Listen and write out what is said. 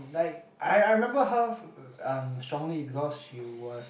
like I I remember her um strongly because she was